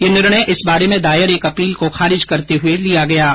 यह निर्णय इस बारे में दायर एक अपील को खारिज करते हुए दिया गया है